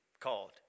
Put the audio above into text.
called